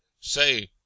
say